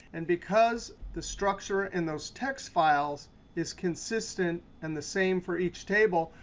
and because the structure in those txt files is consistent and the same for each table,